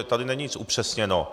Tady není nic upřesněno.